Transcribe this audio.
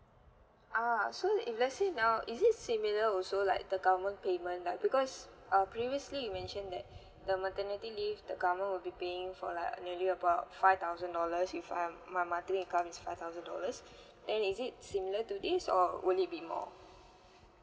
oh so if let's see now is it similar also like the government payment like because uh previously you mentioned that the maternity leave the government will be paying for like nearly about five thousand dollars if I'm my monthly income is five thousand dollars then is it similar to this or would it be more